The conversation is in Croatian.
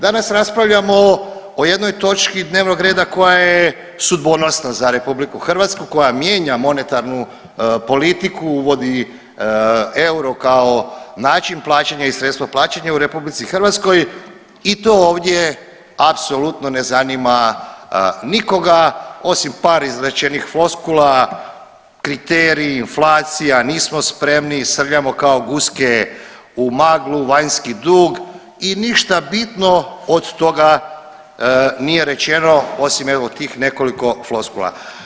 Danas raspravljamo o jednoj točki dnevnog reda koja je sudbonosna za RH, koja mijenja monetarnu politiku, uvodi euro kao način plaćanja i sredstvo plaćanja u RH i to ovdje apsolutno ne zanima nikoga osim par izrečenih floskula, kriterij, inflacija, nismo spremni, srljamo kao guske u maglu, vanjski dug i ništa bitno od toga nije rečeno osim evo tih nekoliko floskula.